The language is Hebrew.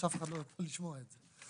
חבל שאף אחד לא אוהב לשמוע את זה.